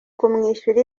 kumwishyura